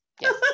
Yes